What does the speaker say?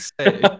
say